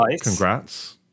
congrats